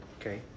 Okay